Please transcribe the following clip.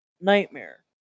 Nightmare